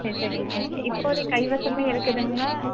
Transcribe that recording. சரி சரிங்க இப்போதிக்கு கைவசமே இருக்குதுங்களா